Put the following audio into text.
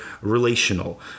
relational